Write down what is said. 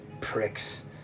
pricks